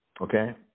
Okay